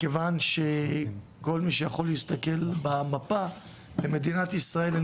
מכיוון שכל מי שיכול להסתכל במפה למדינת ישראל אין